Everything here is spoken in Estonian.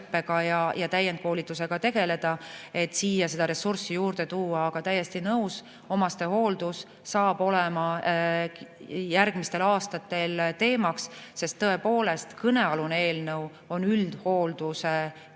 ja täiendkoolitusega tegeleda, et siia seda ressurssi juurde tuua. Aga olen täiesti nõus, et omastehooldus saab olema järgmistel aastatel [oluline] teema, sest tõepoolest, kõnealune eelnõu on üldhooldusega